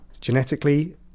Genetically